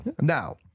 Now